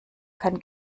kann